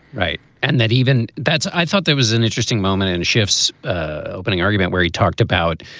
right and that even that's i thought there was an interesting moment in shifts opening argument where he talked about